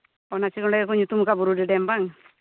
ᱚᱱᱟ ᱪᱮᱠᱟ ᱜᱮᱠᱚ ᱧᱩᱛᱩᱢᱟᱠᱟᱜᱼᱟ ᱵᱩᱨᱩᱰᱤ ᱰᱮᱢ ᱵᱟᱝ